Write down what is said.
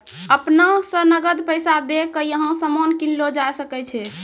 अपना स नकद पैसा दै क यहां सामान कीनलो जा सकय छै